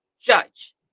judge